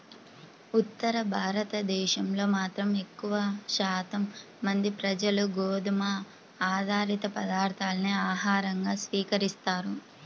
ఉత్తర భారతదేశంలో మాత్రం ఎక్కువ శాతం మంది ప్రజలు గోధుమ ఆధారిత పదార్ధాలనే ఆహారంగా స్వీకరిస్తారు